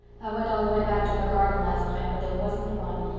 i went all the way back to her garden last night but there wasn't one.